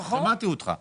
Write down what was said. שמעתי אותך.